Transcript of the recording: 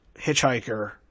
Hitchhiker